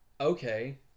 Okay